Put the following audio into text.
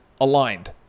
aligned